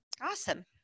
Awesome